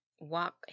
walk